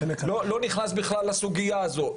לא נכנס בכלל לסוגיה הזו,